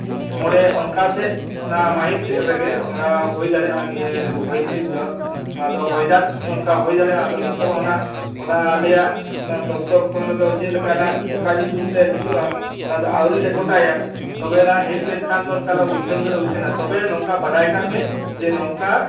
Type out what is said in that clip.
ᱢᱚᱬᱮ ᱚᱱᱠᱟ ᱥᱮᱫ ᱚᱱᱟ ᱢᱟᱹᱦᱤᱛ ᱥᱮᱫ ᱨᱮᱜᱮ ᱚᱱᱠᱟ ᱦᱩᱭ ᱫᱟᱲᱮᱭᱟᱜᱼᱟ ᱱᱤᱭᱟᱹ ᱦᱚᱭ ᱦᱤᱸᱥᱤᱫ ᱫᱚ ᱟᱫᱚ ᱦᱚᱭ ᱫᱟᱜ ᱚᱱᱠᱟ ᱦᱩᱭ ᱫᱟᱲᱭᱟᱜᱼᱟ ᱟᱫᱚ ᱱᱤᱛᱳᱜ ᱦᱚᱸ ᱱᱟᱜ ᱚᱱᱟ ᱟᱞᱮᱭᱟᱜ ᱚᱱᱟ ᱫᱚᱯᱛᱚᱨ ᱠᱷᱚᱱ ᱪᱮᱫ ᱞᱮᱠᱟᱱᱟᱜ ᱚᱠᱟ ᱧᱩᱛᱩᱢ ᱛᱮ ᱦᱤᱡᱩᱜᱼᱟ ᱚᱱᱟ ᱫᱚ ᱟᱹᱣᱨᱤ ᱞᱮ ᱜᱚᱴᱟᱭᱟ ᱛᱚᱵᱮ ᱚᱱᱟ ᱦᱮᱡ ᱞᱮᱱᱠᱷᱟᱱ ᱫᱚ ᱚᱱᱠᱟᱞᱮ ᱩᱪᱷᱟᱹᱱ ᱫᱚᱞᱮ ᱩᱪᱷᱟᱹᱱᱟ ᱛᱚᱵᱮ ᱱᱚᱝᱠᱟ ᱵᱟᱰᱟᱭ ᱠᱟᱜ ᱢᱮ ᱡᱮ ᱱᱚᱝᱟ